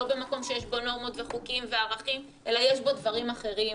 לא במקום שיש בו נורמות וחוקים וערכים אלא יש בו דברים אחרים